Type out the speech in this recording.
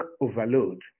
overload